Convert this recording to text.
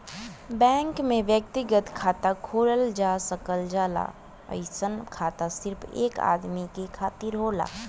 bank में व्यक्तिगत खाता खोलल जा सकल जाला अइसन खाता सिर्फ एक आदमी के खातिर होला